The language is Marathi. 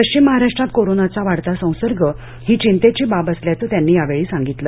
पश्चिम महाराष्ट्रात कोरोनाचा वाढता संसर्ग ही चिंतेची बाब असल्याचं त्यांनी यावेळी सांगितलं